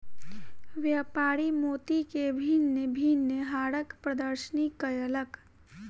व्यापारी मोती के भिन्न भिन्न हारक प्रदर्शनी कयलक